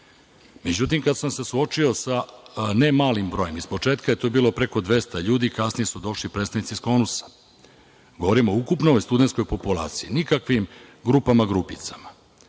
đak.Međutim kada sam se suočio sa ne malim brojem, ispočetka je to bilo preko 200 ljudi, kasnije su došli predstavnici iz SKONUS-a. Govorim o ukupnoj ljudskoj populaciji, nikakvim grupama, grupicama.